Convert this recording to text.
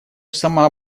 сама